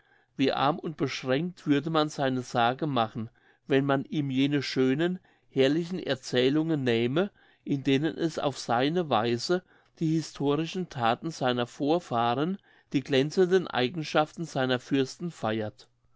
wie arm und beschränkt würde man seine sage machen wenn man ihm jene schönen herrlichen erzählungen nähme in denen es auf seine weise die historischen thaten seiner vorfahren die glänzenden eigenschaften seiner fürsten feiert